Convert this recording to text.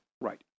Right